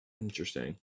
Interesting